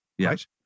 Right